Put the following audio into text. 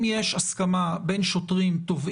אם יש הסכמה בין שופטים,